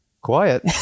quiet